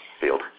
field